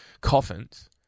coffins